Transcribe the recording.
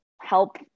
help